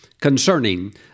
concerning